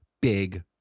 big